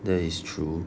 that is true